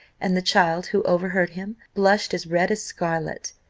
and the child, who overheard him, blushed as red as scarlet.